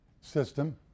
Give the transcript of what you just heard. system